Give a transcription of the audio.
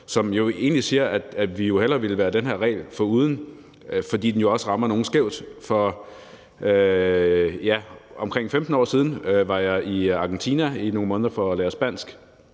som egentlig siger, at vi jo hellere ville være den her regel foruden, fordi den jo også rammer skævt. For omkring 15 år siden var jeg i Argentina i nogle måneder for at lære spansk,